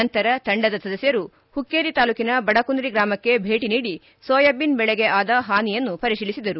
ನಂತರ ತಂಡದ ಸದಸ್ಕರು ಹುಕ್ಕೇರಿ ತಾಲೂಕಿನ ಬಡಕುಂದ್ರಿ ಗ್ರಾಮಕ್ಕೆ ಭೇಟ ನೀಡಿ ಸೋಯಾಬೀನ್ ಬೆಳೆಗೆ ಆದ ಹಾನಿಯನ್ನು ಪರಿಶೀಲಿಸಿದರು